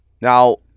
now